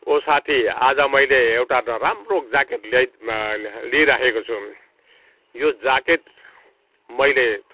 ओ साथी आज मैले एउटा राम्रो ज्याकेट ल्याइ लिइराखेको छु यो ज्याकेट मैले